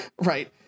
Right